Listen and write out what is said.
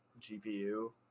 gpu